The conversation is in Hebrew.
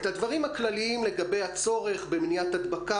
את הדברים הכלליים לגבי הצורך במניעת הדבקה